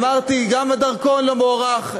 אמרתי שגם הדרכון לא מוארך.